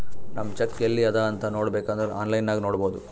ನಮ್ ಚೆಕ್ ಎಲ್ಲಿ ಅದಾ ಅಂತ್ ನೋಡಬೇಕ್ ಅಂದುರ್ ಆನ್ಲೈನ್ ನಾಗ್ ನೋಡ್ಬೋದು